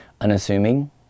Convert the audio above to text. unassuming